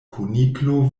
kuniklo